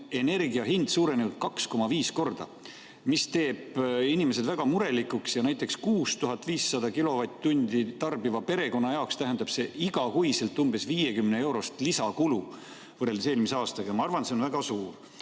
energia hind tõusnud 2,5 korda ja see teeb inimesed väga murelikuks. Näiteks 6500 kWh tarbiva perekonna jaoks tähendab see iga kuu umbes 50-eurost lisakulu võrreldes eelmise aastaga. Ma arvan, et see on väga suur.